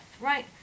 right